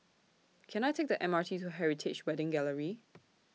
Can I Take The M R T to Heritage Wedding Gallery